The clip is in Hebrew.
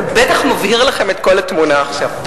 זה בטח מבהיר לכם את כל התמונה עכשיו.